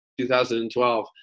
2012